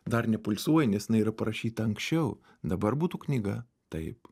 dar nepulsuoja nes jinai yra parašyta anksčiau dabar būtų knyga taip